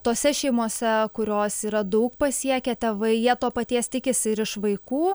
tose šeimose kurios yra daug pasiekę tėvai jie to paties tikisi ir iš vaikų